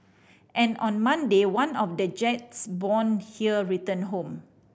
and on Monday one of the jets born here returned home